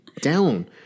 down